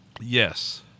Yes